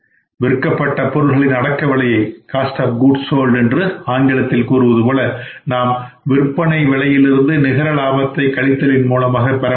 விற்கப்பட்ட பொருட்களின் அடக்க விலையை நாம் விற்பனை விலையிலிருந்து நிகர லாபத்தை கழித்தலின் மூலமாக பெற முடியும்